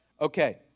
Okay